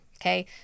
okay